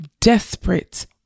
desperate